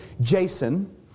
Jason